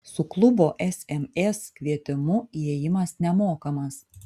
su klubo sms kvietimu įėjimas nemokamas